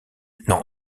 non